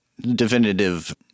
definitive